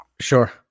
Sure